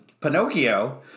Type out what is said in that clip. Pinocchio